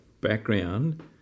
background